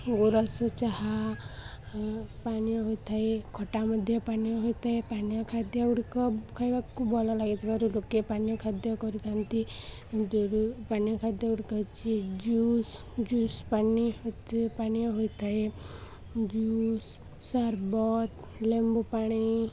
ଓ ରସ ଚାହା ପାନୀୟ ହୋଇଥାଏ ଖଟା ମଧ୍ୟ ପାନୀୟ ହୋଇଥାଏ ପାନୀୟ ଖାଦ୍ୟ ଗୁଡ଼ିକ ଖାଇବାକୁ ଭଲ ଲାଗିଥିବାରୁ ଲୋକେ ପାନୀୟ ଖାଦ୍ୟ କରିଥାନ୍ତି ପାନୀୟ ଖାଦ୍ୟ ଗୁଡ଼ିକ ହେଛି ଜୁସ୍ ଜୁସ୍ ପାନୀୟ ପାନୀୟ ହୋଇଥାଏ ଜୁସ୍ ସର୍ବତ ଲେମ୍ବୁ ପାଣି